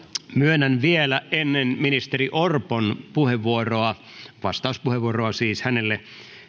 myönnän vielä ennen ministeri orpon vastauspuheenvuoroa